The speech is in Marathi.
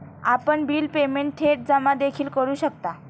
आपण बिल पेमेंट थेट जमा देखील करू शकता